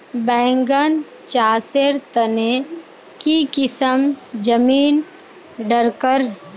बैगन चासेर तने की किसम जमीन डरकर?